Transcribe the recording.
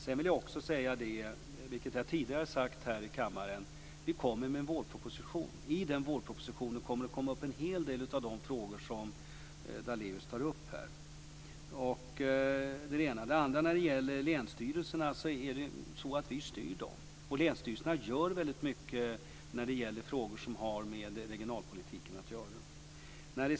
Jag vill också liksom jag tidigare har gjort här i kammaren säga att vi kommer att lägga fram en vårproposition och att en hel del av de frågor som Daléus här tar upp kommer att behandlas i den propositionen. Vi styr länsstyrelserna. Länsstyrelserna gör mycket i frågor som rör regionalpolitiken.